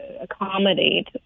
accommodate